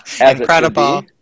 Incredible